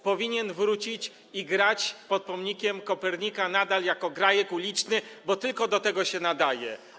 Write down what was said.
Powinien wrócić i grać pod pomnikiem Kopernika nadal jako grajek uliczny, bo tylko do tego się nadaje.